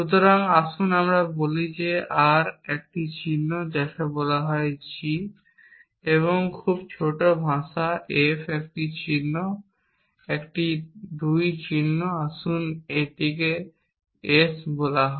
সুতরাং আসুন আমরা বলি যে r একটি চিহ্ন যাকে বলা হয় g এবং খুব ছোট ভাষা F একটি চিহ্ন একটি 2 চিহ্ন আসুন একটিকে s বলা হয়